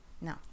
No